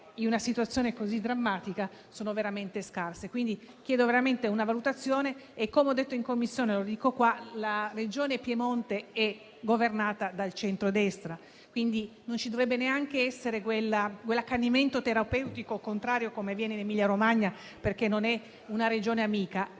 in una situazione così drammatica, sono veramente scarse. Chiedo quindi una valutazione. Come ho detto in Commissione e ripeto in questa sede, la Regione Piemonte è governata dal centrodestra, quindi non ci dovrebbe neanche essere quell'accanimento "terapeutico" contrario che avviene in Emilia-Romagna in quanto Regione non amica.